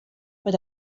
per